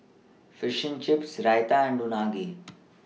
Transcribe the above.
Fishing Chips Raita and Unagi